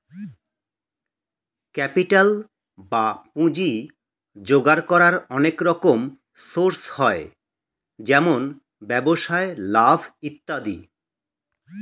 capital বা পুঁজি জোগাড় করার অনেক রকম সোর্স হয়, যেমন ব্যবসায় লাভ ইত্যাদি